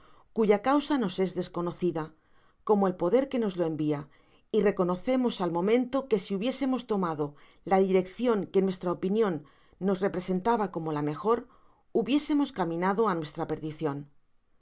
ya causa nos es desconocida como el peder quenos lo envia y'reconocemos al momento qno si hubiésemos tomado la direccion qoe nuestra opinion nos representaba como la mejor hubiesemos caminado á nuestra perdicion